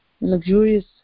luxurious